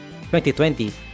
2020